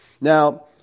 Now